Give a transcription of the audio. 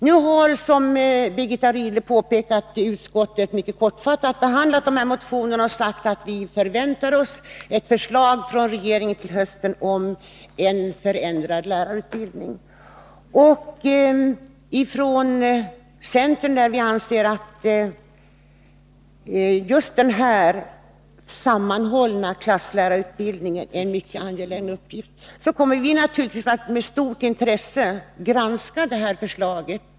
Nu har, som Birgitta Rydle påpekade, utskottet mycket kortfattat behandlat denna motion och sagt att utskottet till hösten förväntar ett förslag från regeringen om en förändrad lärarutbildning. Vii centern, som anser att det är en mycket angelägen uppgift att få till stånd just den här samlade klasslärarutbildningen, kommer naturligtvis att med stort intresse granska detta förslag.